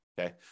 Okay